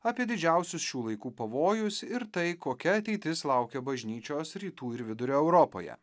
apie didžiausius šių laikų pavojus ir tai kokia ateitis laukia bažnyčios rytų ir vidurio europoje